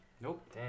Nope